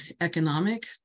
economic